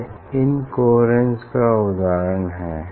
यह इनकोहेरेन्स का उदाहरण है